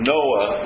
Noah